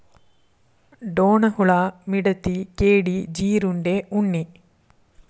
ಡೋಣ ಹುಳಾ, ವಿಡತಿ, ಕೇಡಿ, ಜೇರುಂಡೆ, ಉಣ್ಣಿ